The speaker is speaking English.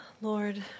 Lord